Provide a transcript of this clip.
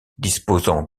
disposant